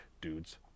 dudes